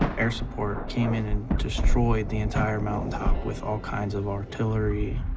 air support came in and destroyed the entire mountaintop with all kinds of artillery.